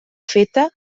feta